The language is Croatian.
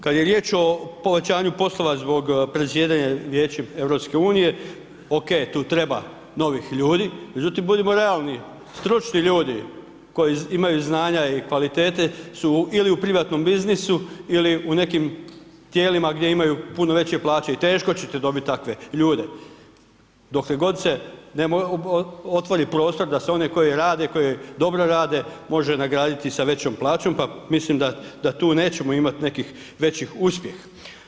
Kad je riječ o povećanju poslova zbog predsjedanja Vijećem EU OK tu treba novih ljudi, međutim budimo realni, stručni ljudi koji imaju znanja i kvalitete su ili u privatnom biznisu ili u nekim tijelima gdje imaju puno veće plaće i teško ćete dobit takve ljude dokle god se ne otvori prostor da se oni koji rade, koji dobro rade može nagraditi sa većom plaćom pa mislim da tu nećemo imati nekih većih uspjeha.